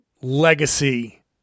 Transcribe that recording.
legacy